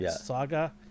saga